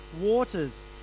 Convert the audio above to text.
waters